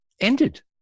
ended